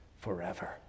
Forever